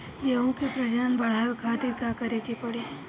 गेहूं के प्रजनन बढ़ावे खातिर का करे के पड़ी?